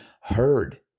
heard